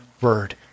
word